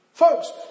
Folks